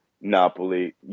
Napoli